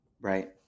right